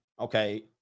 Okay